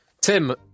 Tim